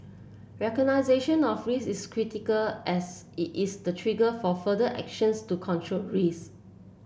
recognition of risks is critical as it is the trigger for further actions to control risks